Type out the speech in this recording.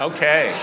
Okay